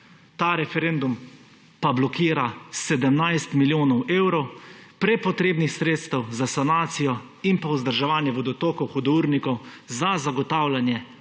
Ta referendum pa blokira 17 milijonov evrov prepotrebnih sredstev za sanacijo in vzdrževanje vodotokov, hudournikov, za zagotavljanje